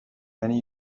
many